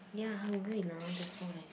ya hungry lah that's why